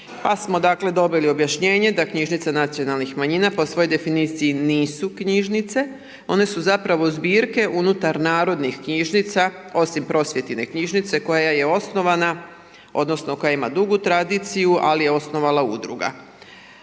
Pa smo dakle dobili objašnjenje da knjižnice nacionalnih manjina po svojoj definiciji nisu knjižnice, one su zapravo zbirke unutar narodnih knjižnica osim prosvjetne knjižnice koja je osnovana odnosno koja ima dugu tradiciju ali je osnovala udruga.